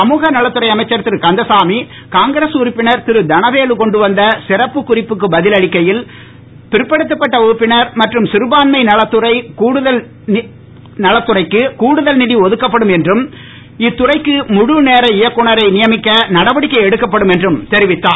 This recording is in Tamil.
சமூக நலத்துறை அமைச்சர் திரு கந்தசாமி காங்கிரஸ் உறுப்பினர் திரு தனவேலு கொண்டு வந்த சிறப்பு குறிப்புக்கு பதில் அளிக்கையில் பிறப்பட்ட வகுப்பினர் மற்றும் சிறுபான்மை நலத்துறைக்கு கூடுதல் நிதி ஒதுக்கப்படும் என்றும் இத்துறைக்கு முழுநேர இயக்குனரை நியமிக்க நடவடிக்கை எடுக்கப்படும் என்றும் தெரிவித்தார்